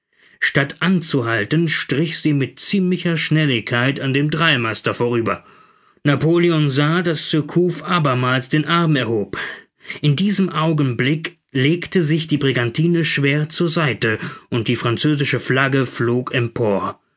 statt anzuhalten strich sie mit ziemlicher schnelligkeit an dem dreimaster vorüber napoleon sah daß surcouf abermals den arm erhob in diesem augenblick legte sich die brigantine schwer zur seite und die französische flagge flog empor